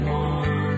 one